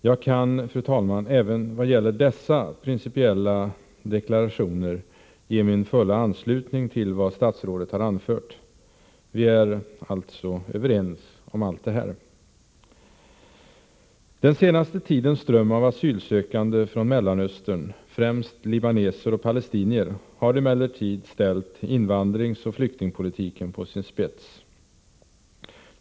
Fru talman, jag kan, även i vad gäller dessa principiella deklarationer, ge min fulla anslutning till vad statsrådet har anfört. Vi är överens om allt detta. Den senaste tidens ström av asylsökande från Mellanöstern, främst libaneser och palestinier, har emellertid ställt invandringsoch flyktingpolitiken på sin spets.